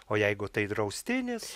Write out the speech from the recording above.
o jeigu tai draustinis